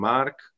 Mark